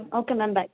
okay ma'am bye